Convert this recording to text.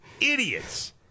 idiots